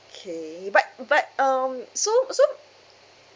okay but but um so uh so